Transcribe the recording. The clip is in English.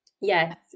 Yes